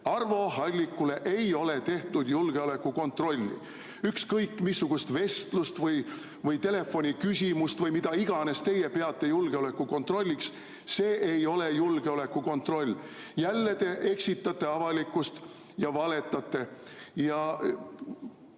Arvo Hallikule ei ole tehtud julgeolekukontrolli. Ükskõik missugust vestlust või telefoniküsimust või mida iganes teie peate julgeolekukontrolliks – see ei ole julgeolekukontroll. Jälle te eksitate avalikkust ja valetate,